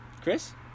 Chris